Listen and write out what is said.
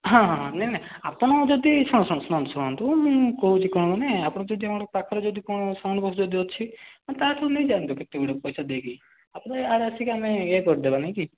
ହଁ ହଁ ହଁ ନାଇଁ ନାଇଁ ଆପଣ ଯଦି ଶୁଣ ଶୁଣ ଶୁଣନ୍ତୁ ଶୁଣନ୍ତୁ ମୁଁ କହୁଛି କ'ଣ ମାନେ ଆପଣ ଯଦି ଆମର ପାଖରେ ଯଦି କ'ଣ ସାଉଣ୍ଡ୍ ବକ୍ସ ଯଦି ଅଛି ମାନେ ତାଠୁ ନେଇଯାଆନ୍ତୁ କେତେଗୁଡ଼େ ପଇସା ଦେଇକି ଆପଣ ଇଆଡ଼େ ଆସିକି ଆମେ ଇଏ କରିଦେବା ନାଇଁକି